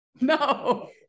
no